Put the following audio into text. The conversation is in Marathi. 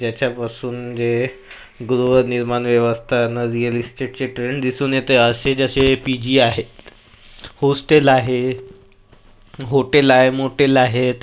ज्याच्यापासून जे गृहनिर्माण व्यवस्था अन् रिअल इस्टेटचे ट्रेंड दिसून येते असे जसे पी जी आहेत होस्टेल आहे होटेल आहे मोटेल आहेत